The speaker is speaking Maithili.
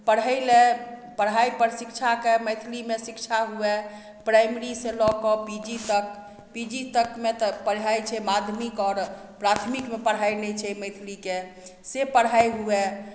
पढ़य लए पढ़ाइपर शिक्षाके मैथिलीमे शिक्षा हुअए प्राइमरीसँ लअ कऽ पी जी तक पी जी तकमे तऽ पढ़ाइ छै माध्यमिक आओर प्राथमिकमे पढ़ाइ नहि छै मैथिलीके से पढ़ाइ हुअए